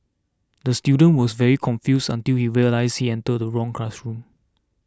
the student was very confused until he realised he entered the wrong classroom